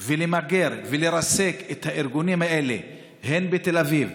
ולמגר ולרסק את הארגונים האלה הן בתל אביב,